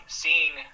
seeing